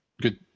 good